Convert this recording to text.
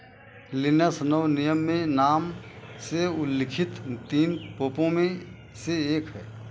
Linus नव नियम में नाम से उल्लिखित तीन पोपों में से एक है